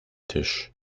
tisch